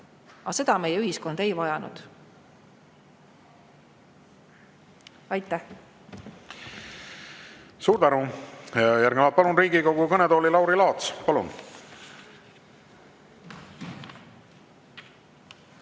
Aga seda meie ühiskond ei vajanud. Aitäh!